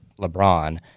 LeBron